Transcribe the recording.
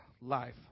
life